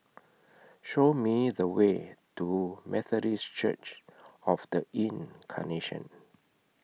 Show Me The Way to Methodist Church of The Incarnation